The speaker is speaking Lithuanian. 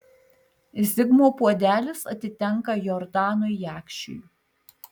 zigmo puodelis atitenka jordanui jakšiui